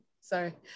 sorry